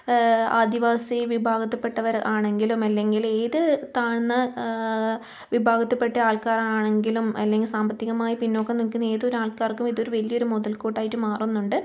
ആദിവാസി വിഭാഗത്തിൽപ്പെട്ടവർ ആണെങ്കിലും അല്ലെങ്കിലും ഏത് താഴ്ന്ന വിഭാഗത്തിൽപ്പെട്ട ആൾക്കാറാണെങ്കിലും അല്ലെങ്കിൽ സാമ്പത്തികമായി പിന്നോക്കം നിൽക്കുന്ന ഏതൊരാൾക്കാർക്കും ഇതൊരു വലിയൊരു മുതൽക്കൂട്ടായിട്ട് മാറുന്നുണ്ട്